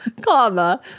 comma